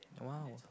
!wow!